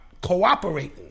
cooperating